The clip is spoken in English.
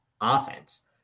offense